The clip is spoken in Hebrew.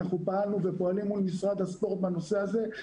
אנחנו פעלנו ופועלים מול משרד הספורט בנושא הזה.